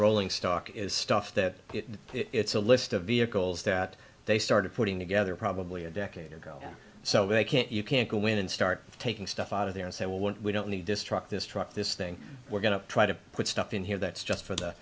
rolling stock is stuff that it's a list of vehicles that they started putting together probably a decade ago so they can't you can't go in and start taking stuff out of there and say well what we don't need this truck this truck this thing we're going to try to put stuff in here that's just for the